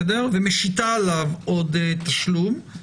ומשיתה עליו עוד תשלום,